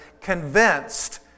convinced